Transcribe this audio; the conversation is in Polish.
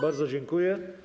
Bardzo dziękuję.